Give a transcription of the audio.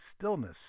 stillness